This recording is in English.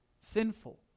Sinful